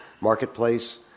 Marketplace